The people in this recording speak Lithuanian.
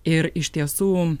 ir iš tiesų